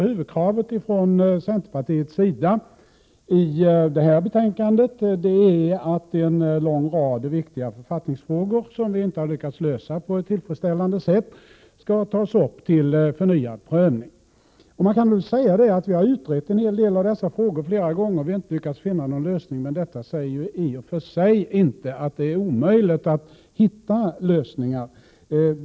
Huvudkravet från centerpartiet i detta betänkande är att en lång rad viktiga författningsfrågor som man inte har lyckats lösa på ett tillfredsställande sätt skall tas upp till förnyad prövning. Man har visserligen utrett en hel del av dessa frågor flera gånger utan att man har lyckats finna någon lösning. Det säger emellertid i och för sig inte att det skulle vara omöjligt att hitta lösningar.